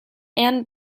and